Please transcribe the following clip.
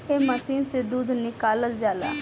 एह मशीन से दूध निकालल जाला